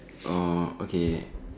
orh okay